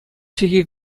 чӗлхи